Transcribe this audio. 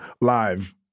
live